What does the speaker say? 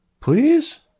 Please